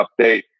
update